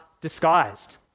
disguised